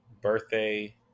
birthday